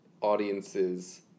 audiences